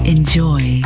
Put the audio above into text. Enjoy